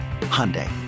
Hyundai